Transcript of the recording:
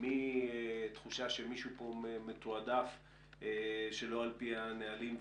מתחושה שמישהו פה מתועדף שלא על פי הנהלים,